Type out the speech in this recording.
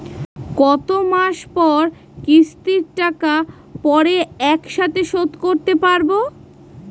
কত মাস পর কিস্তির টাকা পড়ে একসাথে শোধ করতে পারবো?